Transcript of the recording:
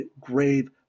grave